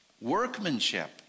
Workmanship